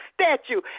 statue